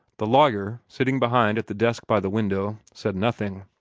the lawyer, sitting behind at the desk by the window, said nothing.